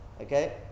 Okay